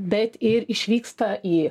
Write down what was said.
bet ir išvyksta į